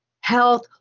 health